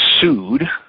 sued